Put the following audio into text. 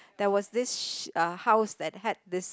there was this sh~ uh house that had this